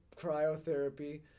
cryotherapy